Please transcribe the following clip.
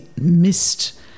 missed